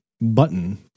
button